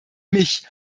mich